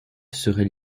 serait